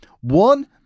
One